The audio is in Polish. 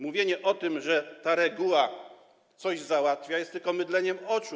Mówienie o tym, że ta reguła coś załatwia, jest tylko mydleniem oczu.